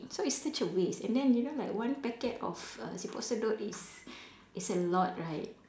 so it's such a waste and then you know like one packet of err siput sedut is is a lot right